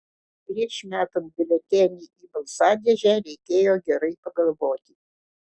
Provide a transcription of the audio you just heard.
prieš metant biuletenį į balsadėžę reikėjo gerai pagalvoti